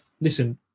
listen